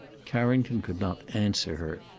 carrington could not answer her.